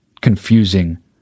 confusing